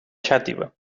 xàtiva